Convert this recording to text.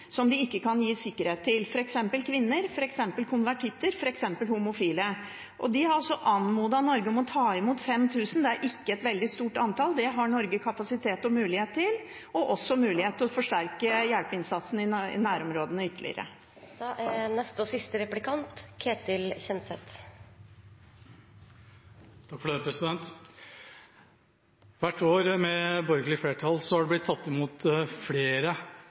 at de har behov for å ta ut noen som de ikke kan gi sikkerhet, f.eks. kvinner, konvertitter og homofile. FN har anmodet Norge om å ta imot 5 000. Det er ikke et veldig stort antall. Det har Norge kapasitet og mulighet til – og også mulighet til å forsterke hjelpeinnsatsen i nærområdene ytterligere. Hvert år med borgerlig flertall har det blitt tatt imot flere